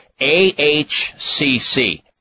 AHCC